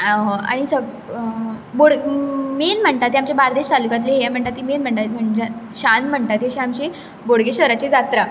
आनी सग मैन म्हणटात ते आमचे बार्देश तालुक्यांतली मैन म्हणटात ती शान म्हणटात ती आमची बोडगेश्र्वराची जात्रा